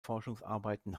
forschungsarbeiten